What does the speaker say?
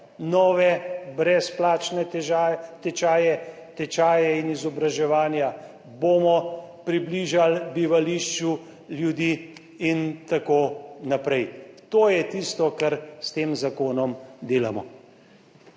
nove brezplačne tečaje, tečaje in izobraževanja, bomo približali bivališču ljudi in tako naprej, to je tisto, kar s tem zakonom delamo.